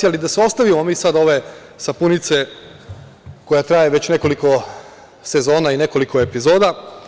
Ali, da se ostavimo mi sada ove sapunice koja traje već nekoliko sezona i nekoliko epizoda.